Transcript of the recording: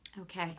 Okay